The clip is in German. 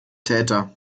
täter